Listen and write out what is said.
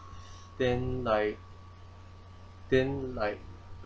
then like then like